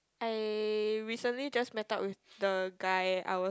I recently just met up with the guy I was